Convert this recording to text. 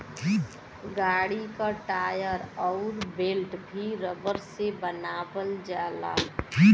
गाड़ी क टायर अउर बेल्ट भी रबर से बनावल जाला